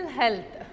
health